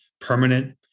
permanent